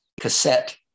cassette